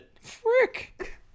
Frick